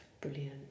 Brilliant